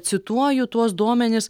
cituoju tuos duomenis